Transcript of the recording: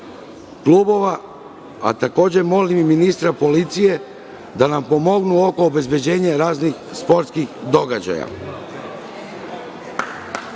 klubova. Takođe molim ministra policije da nam pomogne oko obezbeđenja raznih sportskih događaja. Pošto